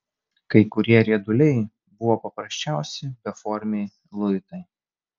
kai kurie rieduliai buvo paprasčiausi beformiai luitai